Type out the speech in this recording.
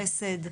חסד.